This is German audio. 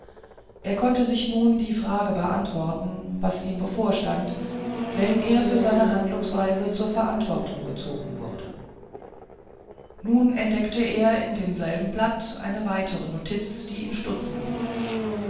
er konnte sich nun die frage beantworten was ihm bevorstand wenn er für seine handlungsweise zur verantwortung gezogen wurde und nun entdeckte er in demselben blatt eine weitere notiz die ihn stutzen ließ